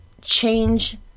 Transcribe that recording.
Change